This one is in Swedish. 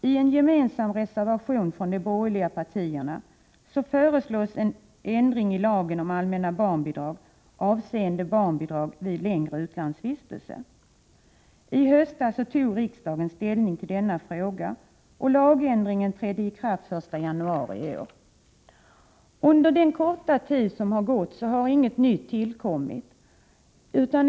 I en gemensam reservation från de borgerliga partierna föreslås en ändring i lagen om allmänna barnbidrag avseende barnbidrag vid längre utlandsvistelse. I höstas tog riksdagen ställning till denna fråga, och lagändringen trädde i kraft den 1 januari i år. Under den korta tid som har gått har inget nytt tillkommit.